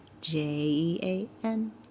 J-E-A-N